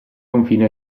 confine